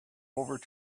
over